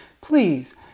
please